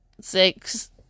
Six